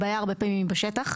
הרבה פעמים הבעיה היא בשטח,